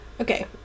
Okay